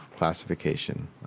classification